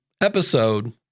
episode